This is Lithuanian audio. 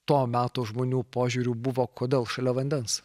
to meto žmonių požiūriu buvo kodėl šalia vandens